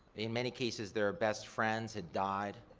in many cases, their best friends had died